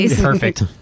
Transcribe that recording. Perfect